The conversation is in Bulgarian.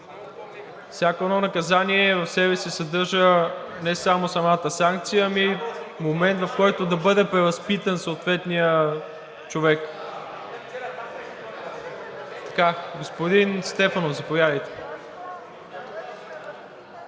Всяко едно наказание в себе си съдържа не само самата санкция, ами и момент, в който да бъде превъзпитан съответният човек. Господин Стефанов, и